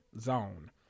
zone